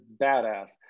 badass